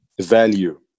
value